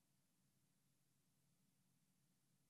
--- אתה